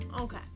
Okay